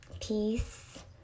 peace